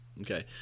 Okay